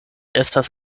estas